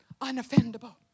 Unoffendable